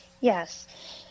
Yes